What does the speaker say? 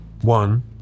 One